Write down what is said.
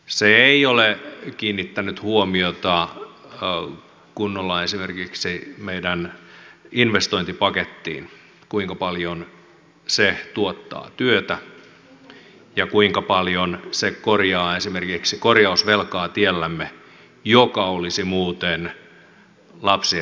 se ei ole kiinnittänyt huomiota kunnolla esimerkiksi meidän investointipakettiimme kuinka paljon se tuottaa työtä ja kuinka paljon se korjaa esimerkiksi korjausvelkaa teillämme joka olisi muuten lapsiemme maksettava